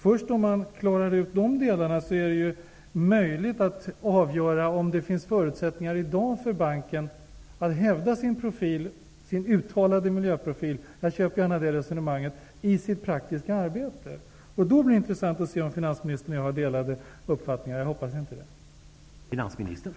Först när man har klarat ut dessa delar, är det möjligt att avgöra om det i dag finns förutsättningar för banken att hävda sin uttalade miljöprofil i sitt praktiska arbete. Det blir intressant att se om finansministerna och jag har delade uppfattningar i det avseendet. Men jag hoppas inte det.